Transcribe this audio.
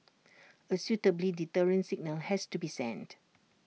A suitably deterrent signal has to be sent